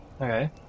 Okay